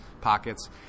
Pockets